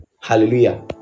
hallelujah